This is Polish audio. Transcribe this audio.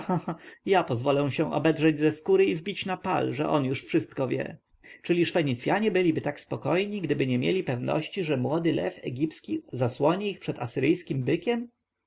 ja pozwolę się obedrzeć ze skóry i wbić na pal że on już wszystko wie czyliż fenicjanie byliby tak spokojni gdyby nie mieli pewności że młody lew egipski zasłoni ich przed asyryjskim bykiem